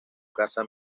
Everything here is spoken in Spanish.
casa